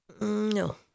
no